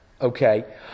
Okay